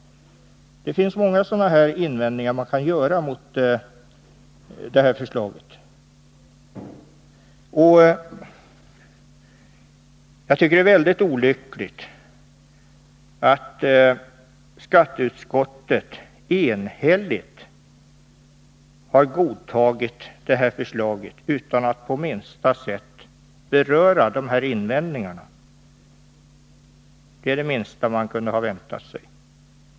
Det finns alltså många invändningar man kan göra mot det här förslaget. Jag tycker det är mycket olyckligt att skatteutskottet enhälligt har godtagit det föreliggande förslaget utan att på minsta sätt beröra invändningarna mot det.